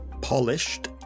polished